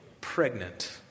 pregnant